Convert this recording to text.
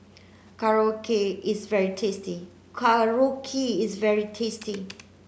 Korokke is very tasty Korokke is very tasty